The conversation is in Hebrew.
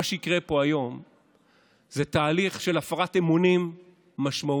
מה שיקרה פה היום זה תהליך של הפרת אמונים משמעותית